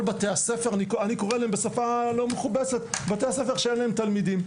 בתי הספר אני קורא להם בשפה לא מכובסת - שאין להם תלמידים.